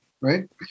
right